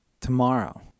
tomorrow